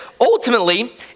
ultimately